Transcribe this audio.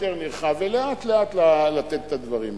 יותר נרחב ולאט-לאט לתת את הדברים האלה.